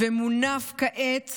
הוא מונף כעת